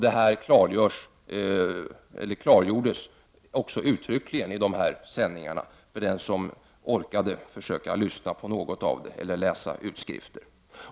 Det klargjordes också uttryckligen i dessa sändningar för dem som orkade lyssna på dem eller läsa utskrifter.